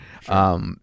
Sure